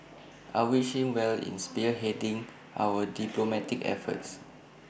I wish him well in spearheading our diplomatic efforts